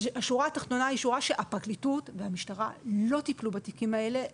השורה התחתונה היא שורה שהפרקליטות והמשטרה לא טיפלו בתיקים האלה.